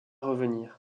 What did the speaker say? revenir